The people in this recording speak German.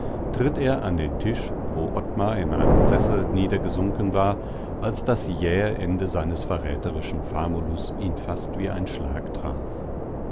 tritt er an den tisch wo ottmar in einen sessel niedergesunken war als das jähe ende seines verräterischen famulus ihn fast wie ein schlag traf